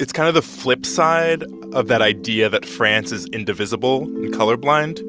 it's kind of the flip side of that idea that france is indivisible and colorblind.